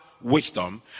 wisdom